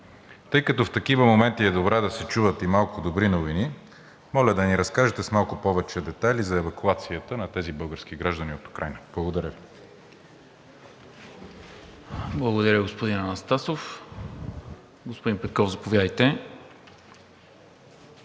Тъй като в такива моменти е добре да се чуват и малко добри новини, моля да ни разкажете с малко повече детайли за евакуацията на тези български граждани от Украйна. Благодаря Ви. ПРЕДСЕДАТЕЛ НИКОЛА МИНЧЕВ: Благодаря, господин Анастасов. Господин Петков, заповядайте.